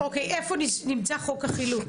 איפה נמצא חוק החילוט?